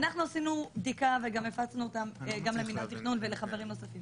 אנחנו עשינו בדיקה וגם הפצנו אותה למינהל התכנון ולחברים נוספים